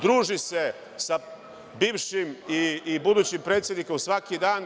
Druži se sa bivšim i budućim predsednikom svaki dan.